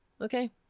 Okay